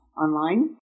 online